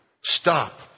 stop